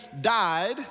died